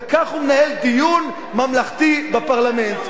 וכך הוא מנהל דיון ממלכתי בפרלמנט.